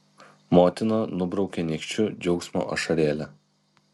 motina nubraukia nykščiu džiaugsmo ašarėlę